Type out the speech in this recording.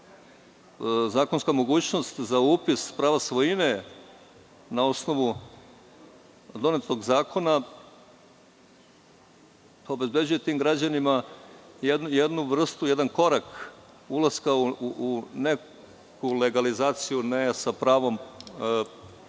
zakonska mogućnost za upis prava svojine na osnovu donetog Zakona obezbeđuje tim građanima jednu vrstu, jedan korak ka ulasku u neku legalizaciju, ne sa pravom prometa